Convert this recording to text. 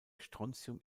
strontium